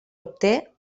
obté